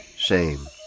shame